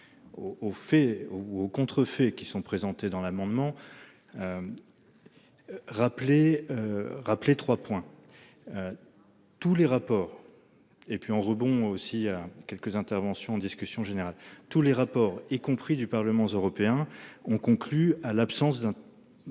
au fait ou contrefaits qui sont présentés dans l'amendement. Rappelez. Rappelez 3 points. Tous les rapports et puis on rebond aussi à quelques interventions discussion générale, tous les rapports, y compris du Parlement européen ont conclu à l'absence d'un.